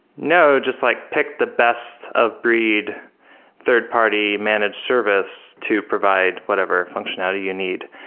no. just like pick the best of breed third-party manage service to provide whatever functionality you need.